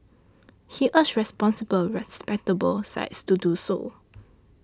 he urged responsible respectable sites to do so